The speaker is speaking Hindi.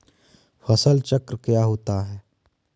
फसल चक्र क्या होता है?